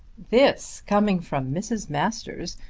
this coming from mrs. masters,